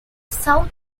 south